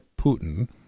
Putin